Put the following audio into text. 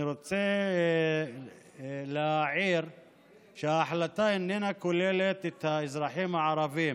אני רוצה להעיר שההחלטה איננה כוללת את האזרחים הערבים